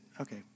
Okay